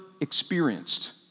experienced